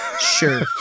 sure